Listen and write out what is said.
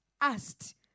asked